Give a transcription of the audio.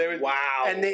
Wow